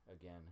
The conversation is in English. again